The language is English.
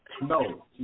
No